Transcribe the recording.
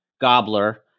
Gobbler